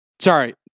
Sorry